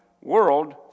world